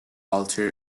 altar